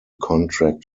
contract